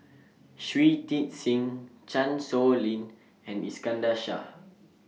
Shui Tit Sing Chan Sow Lin and Iskandar Shah